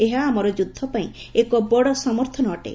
ଏହା ଆମର ଯୁବ୍ଧ ପାଇଁ ଏକ ବଡ ସମର୍ଥନ ଅଟେ